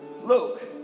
Luke